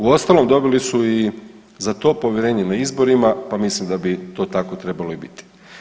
Uostalom dobili su i za to povjerenje na izborima, pa mislim da bi to tako trebalo i biti.